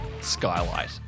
skylight